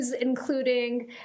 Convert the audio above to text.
including